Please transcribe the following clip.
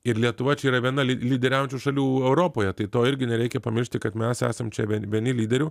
ir lietuva čia yra viena lyderiaujančių šalių europoje tai to irgi nereikia pamiršti kad mes esam čia vieni lyderių